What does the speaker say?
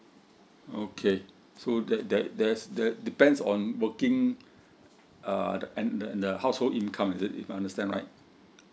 okay so that that there's that depends on working uh depend on household income is it if I understand right